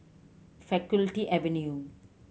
Faculty Avenue